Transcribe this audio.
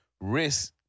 risk